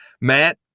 Matt